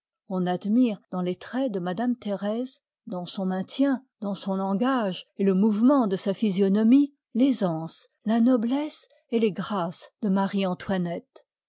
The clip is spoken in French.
on admire dans les traits de madame thérèse dans son maintien dans son langage et le mouvement de sa physionomie l'aisance la noblesse et les grâces de